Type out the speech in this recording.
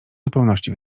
zupełności